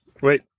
Wait